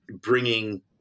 bringing